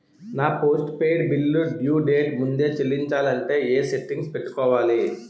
నా postpaid bill due date ముందే చెల్లించాలంటే ఎ సెట్టింగ్స్ పెట్టుకోవాలి?